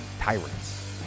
Tyrants